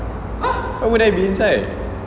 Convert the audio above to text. why would I be inside